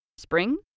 Spring